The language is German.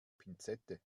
pinzette